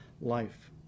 life